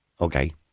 Okay